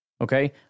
okay